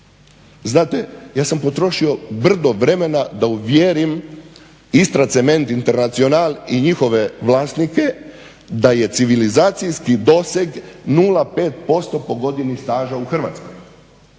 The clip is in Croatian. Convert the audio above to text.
Znate, ja sam potrošio brdo vremena da uvjerim Istracement, Internacional i njihove vlasnike da je civilizacijski doseg 0,5% po godini staža u Hrvatskoj.